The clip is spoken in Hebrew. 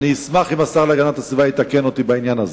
אשמח אם השר להגנת הסביבה יתקן אותי בעניין הזה.